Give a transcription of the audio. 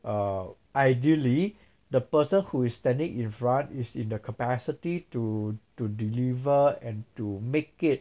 err ideally the person who is standing in front is in the capacity to to deliver and to make it